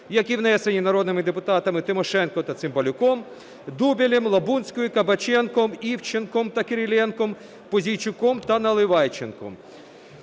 які внесені народними депутатами Тимошенко та Цимбалюком, Дубілем, Лабунською, Кабаченком, Івченком та Кириленком, Пузійчуком та Наливайченком.